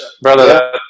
brother